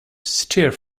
stir